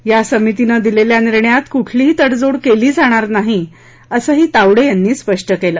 या समितीनं दिलेल्या निर्णयात कुठलीही तडजोड केली जाणार नाही असंही तावडे यांनी स्पष्ट केलं